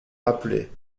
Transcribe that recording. rappeler